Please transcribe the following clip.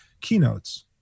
keynotes